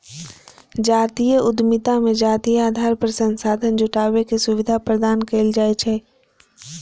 जातीय उद्यमिता मे जातीय आधार पर संसाधन जुटाबै के सुविधा प्रदान कैल जाइ छै